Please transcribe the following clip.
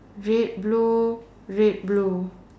red blue red blue